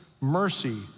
mercy